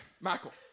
Michael